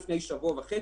שעשינו.